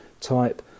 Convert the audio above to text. type